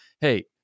hey